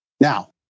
Now